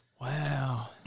Wow